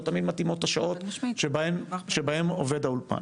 לא תמיד מתאימות השעות שבהם עובד האולפן.